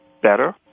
better